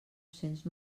cents